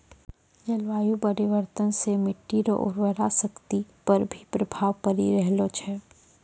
जलवायु परिवर्तन से मट्टी रो उर्वरा शक्ति पर भी प्रभाव पड़ी रहलो छै